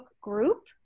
group